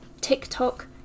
tiktok